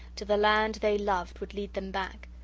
to the land they loved, would lead them back!